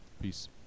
Peace